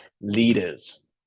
leaders